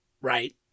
right